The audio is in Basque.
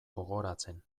gogoratzen